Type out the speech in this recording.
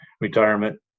retirement